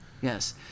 Yes